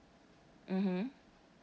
mmhmm